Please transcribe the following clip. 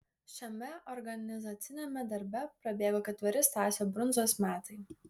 šiame organizaciniame darbe prabėgo ketveri stasio brundzos metai